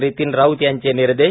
नितिन राऊत यांचे निर्देश